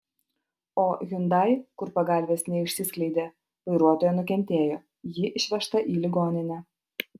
o hyundai kur pagalvės neišsiskleidė vairuotoja nukentėjo ji išvežta į ligoninę